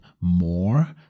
more